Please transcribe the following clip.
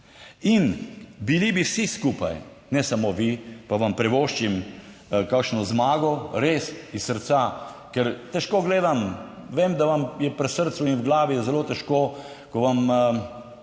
In bili bi vsi skupaj, ne samo vi, pa vam privoščim kakšno zmago res iz srca, ker težko gledam, vem da vam je pri srcu in v glavi je zelo težko, ko vam dejansko